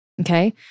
Okay